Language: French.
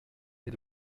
est